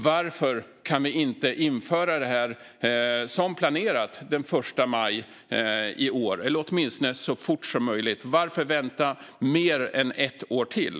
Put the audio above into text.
Varför kan vi inte införa märkningen, som planerat, den 1 maj i år eller åtminstone så fort som möjligt? Varför vänta mer än ett år till?